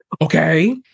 okay